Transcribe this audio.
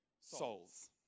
Souls